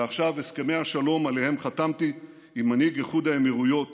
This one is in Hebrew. ועכשיו הסכמי השלום שעליהם חתמתי עם מנהיג איחוד האמירויות